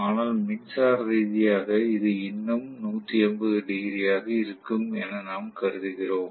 ஆனால் மின்சார ரீதியாக இது இன்னும் 180 டிகிரியாக இருக்கும் என நாம் கருதுகிறோம்